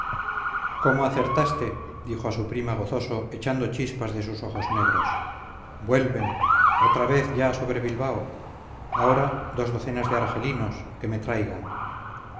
cómo acertaste dijo a su prima gozoso echando chispas de sus ojos negros vuelven otra vez ya sobre bilbao ahora dos docenas de argelinos que me traigan